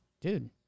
Dude